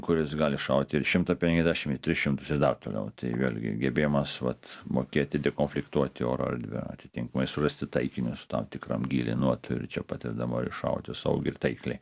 kuris gali šauti ir šimtą penkiadešim ir tris šimtus ir dar toliau tai vėlgi gebėjimas vat mokėti dekonfliktuoti oro erdvę atitinkamai surasti taikinius tam tikram gyly nuotoly čia pat ir dabar iššauti saugiai ir taikliai